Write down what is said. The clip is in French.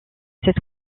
cette